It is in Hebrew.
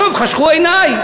בסוף חשכו עיני.